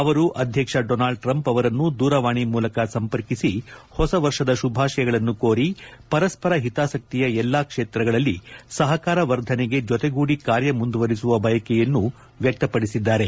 ಅವರು ಅಧ್ಯಕ್ಷ Donald Trump ಅವರನ್ನು ದೂರವಾಣಿ ಮೂಲಕ ಸಂಪರ್ಕಿಸಿ ಹೊಸ ವರ್ಷದ ಶುಭಾಶಯಗಳನ್ನು ಕೋರಿ ಪರಸ್ಪರ ಹಿತಾಸಕ್ತಿಯ ಎಲ್ಲಾ ಕ್ಷೇತ್ರಗಳಲ್ಲಿ ಸಹಕಾರ ವರ್ಧನೆಗೆ ಜೊತೆಗೂಡಿ ಕಾರ್ಯ ಮುಂದುವರೆಸುವ ಬಯಕೆಯನ್ನು ವ್ಯಕ್ಲಪಡಿಸಿದ್ದಾರೆ